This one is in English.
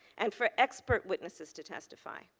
and for expert witnesses to testify.